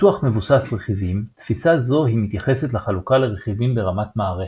פיתוח מבוסס רכיבים תפיסה זו היא מתייחסת לחלוקה לרכיבים ברמת מערכת.